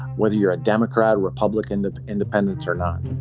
whether you're a democrat republican independent or not